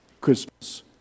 Christmas